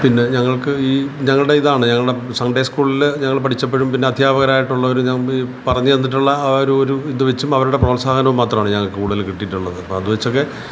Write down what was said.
പിന്നെ ഞങ്ങൾക്ക് ഈ ഞങ്ങളുടെ ഇതാണ് ഞങ്ങളുടെ സൺ ഡേ സ്കൂളിൽ ഞങ്ങൾ പഠിച്ചപ്പോഴും പിന്നെ അധ്യാപകരായിട്ട് ഉള്ളൊരു നം ഈ പറഞ്ഞ് തന്നിട്ടുള്ള ആ ഒരു ഒരു ഇതുവെച്ചും അവരുടെ പ്രോത്സാഹനോം മാത്രമാണ് ഞങ്ങൾക്ക് കൂടുതൽ കിട്ടീട്ടുള്ളത് അത് വെച്ചൊക്കെ